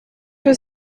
was